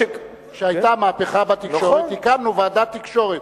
כשהיתה מהפכה בתקשורת הקמנו ועדת תקשורת,